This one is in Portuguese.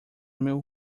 meu